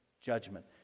judgment